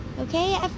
okay